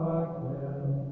again